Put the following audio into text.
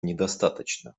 недостаточно